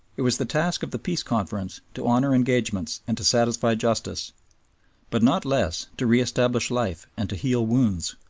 it was the task of the peace conference to honor engagements and to satisfy justice but not less to re-establish life and to heal wounds.